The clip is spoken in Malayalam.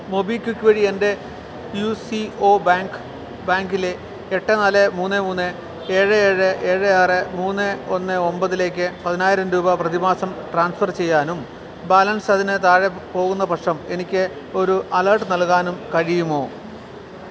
മൊബിക്വിക്ക് വഴി എൻ്റെ യു സി ഒ ബാങ്ക് ബാങ്കിലെ എട്ട് നാല് മൂന്ന് മൂന്ന് ഏഴ് ഏഴ് ഏഴ് ആറ് മൂന്ന് ഒന്ന് ഒമ്പതിലേക്ക് പതിനായിരം രൂപ പ്രതിമാസം ട്രാൻസ്ഫർ ചെയ്യാനും ബാലൻസ് അതിന് താഴെ പോകുന്ന പക്ഷം എനിക്ക് ഒരു അലേർട്ട് നൽകാനും കഴിയുമോ